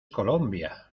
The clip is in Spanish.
colombia